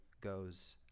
goes